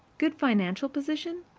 good financial position,